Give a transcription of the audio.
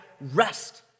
rest